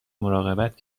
مراقبت